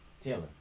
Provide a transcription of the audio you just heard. Taylor